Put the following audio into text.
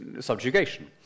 subjugation